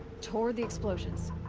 toward the explosions?